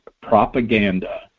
propaganda